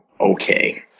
Okay